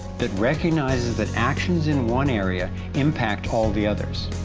that recognizes that actions in one area impact all the others.